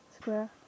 square